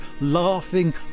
laughing